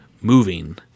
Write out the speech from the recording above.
moving